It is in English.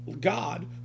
God